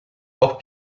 hors